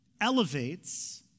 elevates